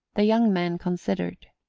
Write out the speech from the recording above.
the young man considered.